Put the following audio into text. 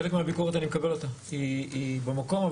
חלק מהביקורת אני מקבל, היא במקום,